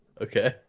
okay